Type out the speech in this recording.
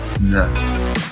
No